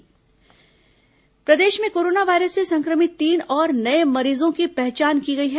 corona संक्रमित मरीज प्रदेश में कोरोना वायरस से संक्रमित तीन और नए मरीजों की पहचान की गई है